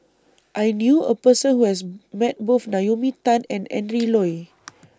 I knew A Person Who has Met Both Naomi Tan and Adrin Loi